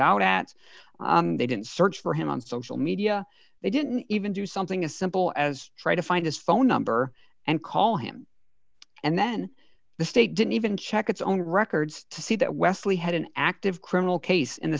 out at they didn't search for him on social media they didn't even do something as simple as try to find his phone number and call him and then the state didn't even check its own records to see that wesley had an active criminal case in the